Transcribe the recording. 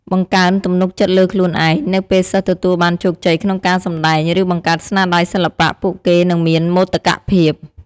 បង្កើនទំនុកចិត្តលើខ្លួនឯង នៅពេលសិស្សទទួលបានជោគជ័យក្នុងការសម្តែង ឬបង្កើតស្នាដៃសិល្បៈ ពួកគេនឹងមានមោទកភាព។